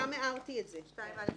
זה כל סעיף 3,